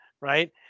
right